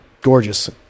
gorgeous